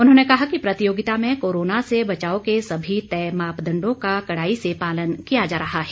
उन्होंने कहा कि प्रतियोगिता में कोरोना से बचाव के सभी तय मापदण्डों का कड़ाई से पालन किया जा रहा है